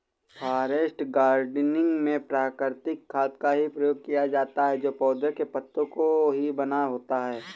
forest gardening में प्राकृतिक खाद का ही प्रयोग किया जाता है जो पौधों के पत्तों से ही बना होता है